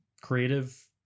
creative